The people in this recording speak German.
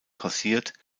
passiert